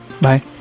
Bye